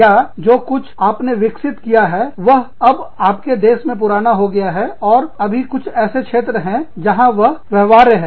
या जो कुछ भी आपने विकसित किया है वह अब आपके देश में पुराना हो गया है और अभी भी कुछ ऐसे क्षेत्र हैं जहां वह व्यवहार्य है